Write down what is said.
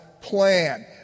plan